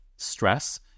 Stress